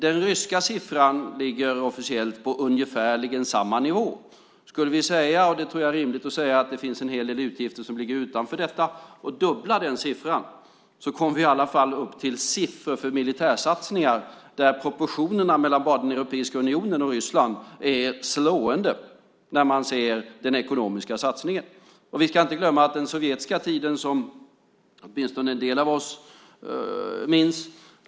Den ryska siffran ligger officiellt på ungefärligen samma nivå. Skulle vi säga, och det tror jag är rimligt att göra, att en hel del utgifter ligger utanför detta och dubbla den siffran kommer vi i alla fall upp till siffror för militära satsningar där proportionerna bara mellan Europeiska unionen och Ryssland är slående när man ser den ekonomiska satsningen. Vi ska inte glömma den sovjetiska tiden som åtminstone en del av oss minns.